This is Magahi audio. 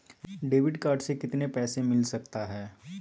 डेबिट कार्ड से कितने पैसे मिलना सकता हैं?